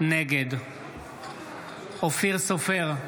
נגד אופיר סופר,